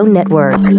Network